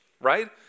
right